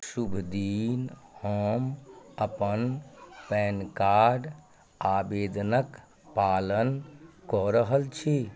शुभ दिन हम अपन पैन कार्ड आबेदनक पालन कऽ रहल छी